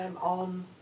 On